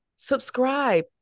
Subscribe